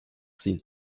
ziehen